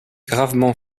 gravement